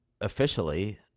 officially